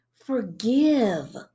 forgive